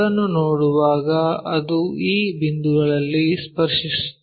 ಅದನ್ನು ನೋಡುವಾಗ ಅದು ಈ ಬಿಂದುಗಳಲ್ಲಿ ಸ್ಪರ್ಶಿಸುತ್ತದೆ